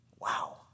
Wow